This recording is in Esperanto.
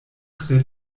tre